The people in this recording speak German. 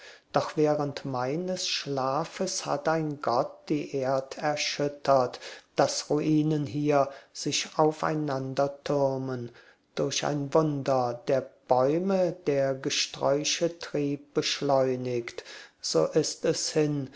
doch während meines schlafes hat ein gott die erd erschüttert daß ruinen hier sich aufeinander türmen durch ein wunder der bäume der gesträuche trieb beschleunigt so ist es hin